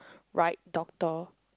right do~ door